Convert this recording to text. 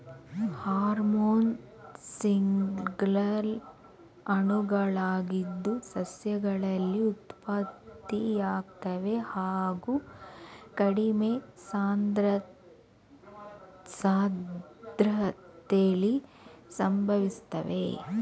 hormone signal ಅಣುಗಳಾಗಿದ್ದು ಸಸ್ಯಗಳಲ್ಲಿ ಉತ್ಪತ್ತಿಯಾಗ್ತವೆ ಹಾಗು ಕಡಿಮೆ ಸಾಂದ್ರತೆಲಿ ಸಂಭವಿಸ್ತವೆ